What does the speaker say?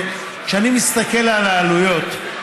וכשאני מסתכל על העלויות,